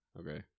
Okay